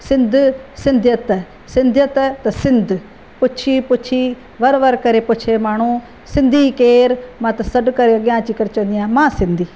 सिंध सिंधियत सिंधियत त सिंध पूछी पूछी वर वर करे पूछे माण्हू सिंधी केरु मां त सॾु करे अॻियां अची करे चवंदी आहियां मां सिंधी